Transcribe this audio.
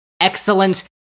Excellent